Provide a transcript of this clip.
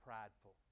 prideful